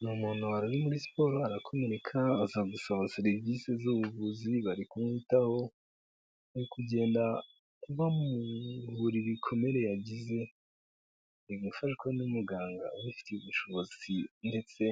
Ni umuntu wari uri muri siporo arakomereka, aza gusa serivisi z'ubuvuzi, bari kumwitaho, bari kugenda bamuvura ibikomere yagize, ari gafashwa n'umuganga ubifitiye ubushobozi ndetse